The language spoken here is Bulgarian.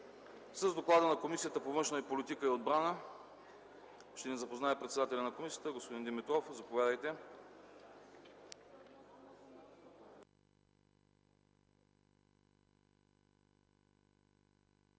С доклада на Комисията по външна политика и отбрана ще ни запознае председателят на комисията господин Димитров. Заповядайте.